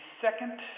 second